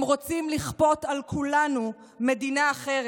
הם רוצים לכפות על כולנו מדינה אחרת,